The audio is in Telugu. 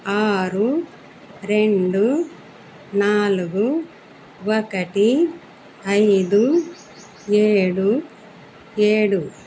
ఆరు రెండు నాలుగు ఒకటి ఐదు ఏడు ఏడు